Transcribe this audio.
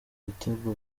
ibitego